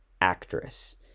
actress